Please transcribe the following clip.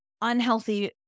unhealthy